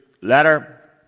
letter